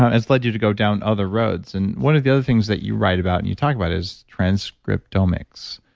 has led you to go down other roads. and one of the other things that you write about and you talk about is transcriptomics.